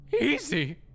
Easy